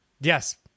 Yes